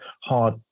hard